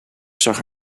zag